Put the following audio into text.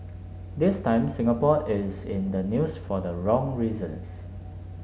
this time Singapore is in the news for the wrong reasons